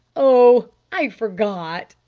oh, i forgot,